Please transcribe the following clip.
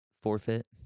forfeit